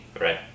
Right